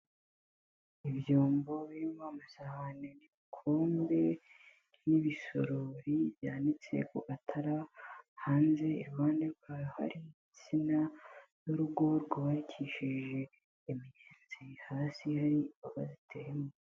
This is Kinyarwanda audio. Ibyombo birimo amasahane, ibikombe, n'ibisorori, byanitse kugatara, hanze iruhande rwaho hari intsina, n'urugo rwubakishije imiyenzi, hasi hari uwaziteyemo.